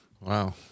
Wow